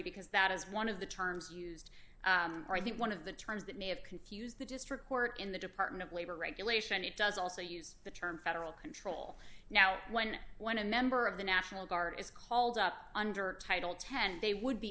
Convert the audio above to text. because that is one of the terms used for the one of the terms that may have confused the district court in the department of labor regulation it does also use the term federal control now when one a member of the national guard is called up under title ten they would be